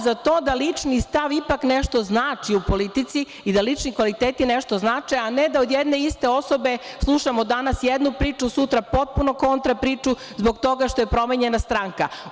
Za to sam da lični stav ipak nešto znači u politici i da lični kvaliteti nešto znači, a ne da od jedne iste osobe slušamo danas jednu priču, sutra potpuno kontra priču zbog toga što je promenjena stranka.